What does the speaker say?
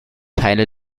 teile